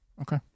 Okay